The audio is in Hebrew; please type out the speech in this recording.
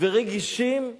ורגישים לאחר.